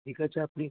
ঠিক আছে আপনি